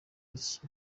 b’icyo